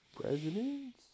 President's